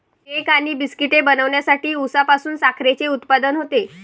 cake आणि बिस्किटे बनवण्यासाठी उसापासून साखरेचे उत्पादन होते